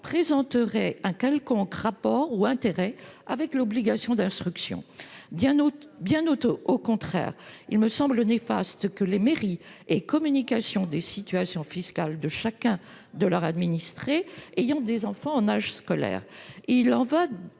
présenteraient un quelconque rapport ou intérêt avec l'obligation d'instruction. Bien au contraire, il me semble néfaste que les maires aient communication de la situation fiscale de leurs administrés qui ont des enfants en âge scolaire. Il y va